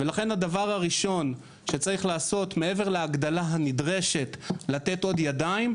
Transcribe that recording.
ולכן הדבר הראשון שצריך לעשות מעבר להגדלה הנדרשת לתת עוד ידיים,